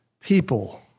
people